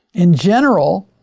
in general,